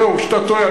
זהו, שאתה טועה.